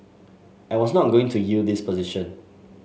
I was not going to yield this position